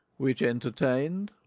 which entertain'd,